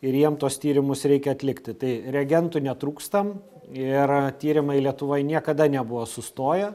ir jiem tuos tyrimus reikia atlikti tai reagentų netrūksta ir tyrimai lietuvoj niekada nebuvo sustoję